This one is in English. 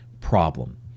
problem